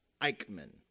Eichmann